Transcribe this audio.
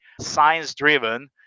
science-driven